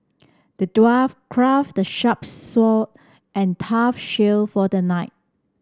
the dwarf crafted a sharp sword and tough shield for the knight